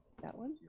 that one?